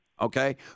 okay